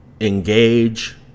engage